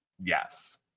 yes